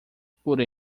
por